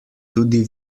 tudi